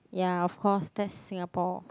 ya of course that's Singapore